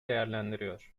değerlendiriyor